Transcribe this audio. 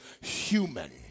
human